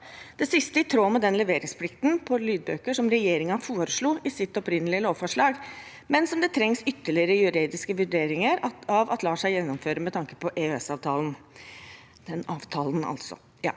Det siste er i tråd med den leveringsplikten for lydbøker som regjeringen foreslo i sitt opprinnelige lovforslag, men som det trengs ytterligere juridiske vurderinger av at lar seg gjennomføre med tanke på EØSavtalen. Flertallet i dag